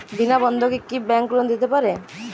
বিনা বন্ধকে কি bank loan দিতে পারে?